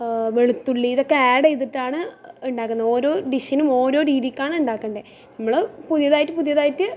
വെളുത്തുള്ളി ഇതൊക്കെ ആഡ് ചെയ്തിട്ടാണ് ഉണ്ടാക്കണത് ഓരോ ഡിഷിനും ഓരോ രീതിക്കാണ് ഉണ്ടാക്കേണ്ടത് ഇമ്മൾ പുതിയതായിട്ട് പുതിയതായിട്ട്